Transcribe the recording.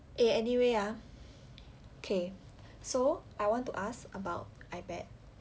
eh anyway ah okay so I want to ask about ipad